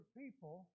people